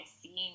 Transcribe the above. seeing